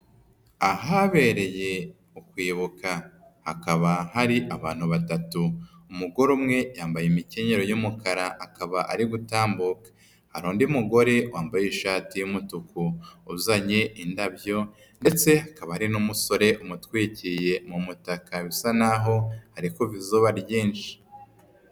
Ahabereye ukwibuka, hakaba hari abantu batatu, umugore umwe yambaye imikenyero y'umukara akaba ari gutambuka. Hari undi mugore wambaye ishati y'umutuku uzanye indabyo ndetse hakaba hari n'umusore umutwikiriye mu mutaka bisa naho hari kuva izuba ryinshi.